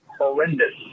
horrendous